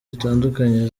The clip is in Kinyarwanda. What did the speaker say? zitandukanye